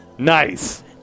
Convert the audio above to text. Nice